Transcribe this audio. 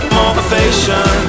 motivation